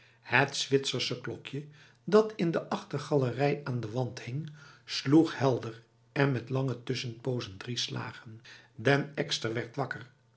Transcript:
het zwitserse klokje dat in de achtergalerij aan de wand hing sloeg helder en met lange tussenpozen drie slagen den ekster werd wakker